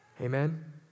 Amen